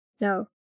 No